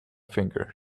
finger